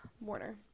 Warner